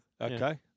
Okay